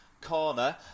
corner